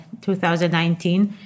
2019